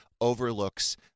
overlooks